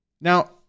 Now